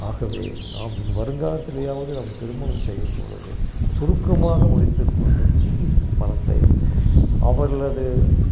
ஆகவே நாம் இன்னும் வருங்காலத்திலேயாவுது நாம் திருமணம் செய்யும்பொழுது சுருக்கமாக முடித்துக் கொண்டு மீதி பணத்தை அவளது